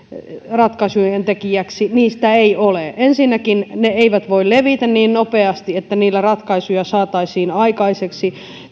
ratkaisujen tekijäksi niistä ei ole ensinnäkään ne eivät voi levitä niin nopeasti että niillä ratkaisuja saataisiin aikaiseksi